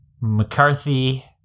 McCarthy